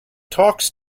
talks